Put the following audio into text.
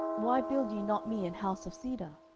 why build ye not me an house of cedar?